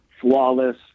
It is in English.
Flawless